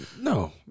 No